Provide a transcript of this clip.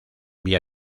vía